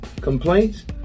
complaints